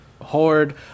horde